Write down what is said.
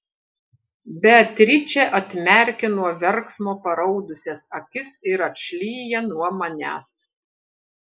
beatričė atmerkia nuo verksmo paraudusias akis ir atšlyja nuo manęs